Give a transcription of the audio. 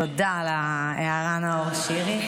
תודה על ההערה, נאור שירי.